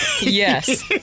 Yes